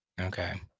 Okay